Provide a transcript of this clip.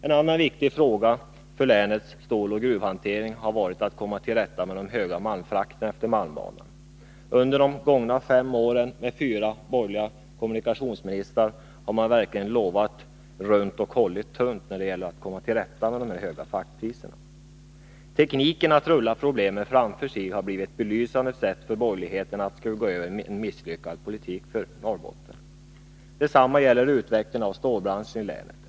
En annan viktig fråga för länets ståloch gruvhantering har varit att komma till rätta med de höga taxorna för malmfrakterna utefter malmbanan. Under de gångna fem åren med fyra borgerliga kommunikationsministrar har man verkligen lovat runt och hållit tunt när det gällt att komma till rätta med dessa höga fraktpriserna. Tekniken att rulla problemen framför sig har varit belysande för borgerlighetens sätt att skugga över en misslyckad politik för Norrbotten. Detsammma gäller utvecklingen av storbranschen i länet.